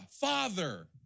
Father